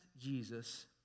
Jesus